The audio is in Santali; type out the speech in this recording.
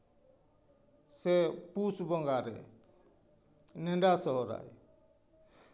ᱥᱮ ᱯᱩᱥ ᱵᱚᱸᱜᱟᱨᱮ ᱱᱮᱰᱟ ᱥᱚᱨᱦᱟᱭ